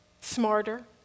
Smarter